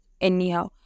anyhow